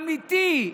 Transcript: אמיתי,